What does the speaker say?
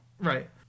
Right